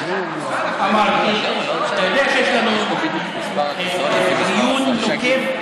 אתה יודע שיש לנו דיון נוקב,